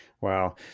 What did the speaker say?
Wow